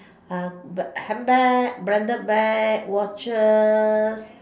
a handbag branded bag watches